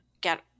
get